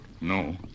No